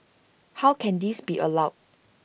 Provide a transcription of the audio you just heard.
how can this be allowed